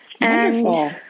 Wonderful